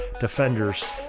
defenders